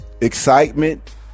excitement